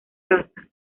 raza